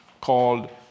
called